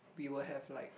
we will have like